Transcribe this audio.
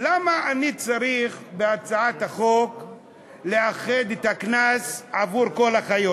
למה אני צריך בהצעת החוק לאחד את הקנס עבור כל החיות?